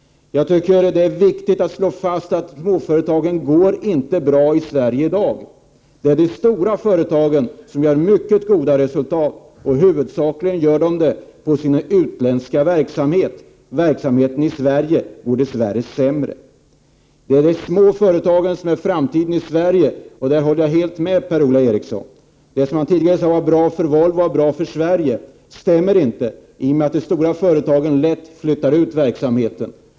Jag tycker att det är viktigt att slå fast att småföretagen inte går bra i Sverige i dag. Det är de stora företagen som gör mycket goda resultat, och huvudsakligen gör de det på sin utländska verksamhet. Verksamheten i Sverige går dess värre sämre. Det är de små företagen som är framtiden i Sverige. Jag håller helt med Per-Ola Eriksson om det. Det som man tidigare sade om att det som var bra för Volvo var bra för Sverige stämmer inte, i och med att de stora företagen lätt flyttar ut verksamheten.